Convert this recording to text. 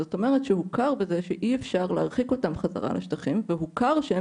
שהוכר שאי אפשר להרחיק אותם חזרה לשטחים והוכר שהם